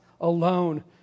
alone